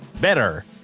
Better